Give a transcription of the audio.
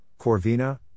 corvina